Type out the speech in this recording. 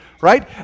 right